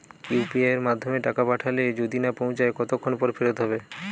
UPI য়ের মাধ্যমে টাকা পাঠালে যদি না পৌছায় কতক্ষন পর ফেরত হবে?